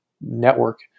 network